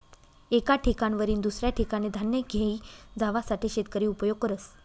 एक ठिकाणवरीन दुसऱ्या ठिकाने धान्य घेई जावासाठे शेतकरी उपयोग करस